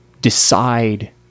decide